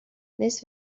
نصف